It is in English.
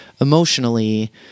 emotionally